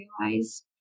realized